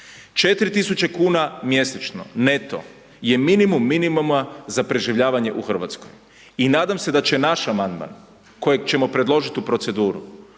4.000 kuna mjesečno neto je minimum minimuma za preživljavanje u Hrvatskoj i nadam se da će naš amandman kojeg ćemo predložiti u proceduru